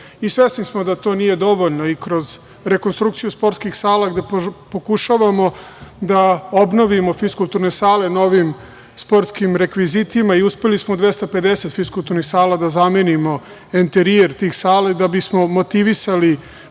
sportom. Svesni smo da to nije dovoljno i kroz rekonstrukciju sportskih sala gde pokušavamo da obnovimo fiskulturne sale novim sportskim rekvizitima i uspeli smo da u 250 fiskulturnih sala zamenimo enterijer tih sala da bismo motivisali